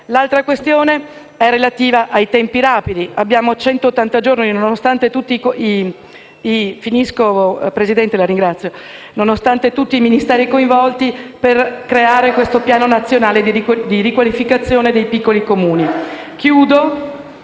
L'altra questione è relativa ai tempi rapidi: abbiamo centottanta giorni, nonostante tutti i Ministeri coinvolti, per creare il Piano nazionale di riqualificazione dei piccoli Comuni. Vi